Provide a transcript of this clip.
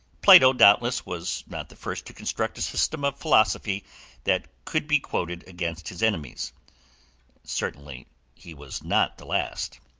plato, doubtless, was not the first to construct a system of philosophy that could be quoted against his enemies certainly he was not the last.